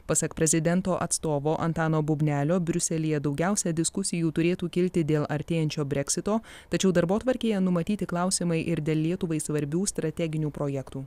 pasak prezidento atstovo antano bubnelio briuselyje daugiausia diskusijų turėtų kilti dėl artėjančio breksito tačiau darbotvarkėje numatyti klausimai ir dėl lietuvai svarbių strateginių projektų